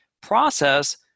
process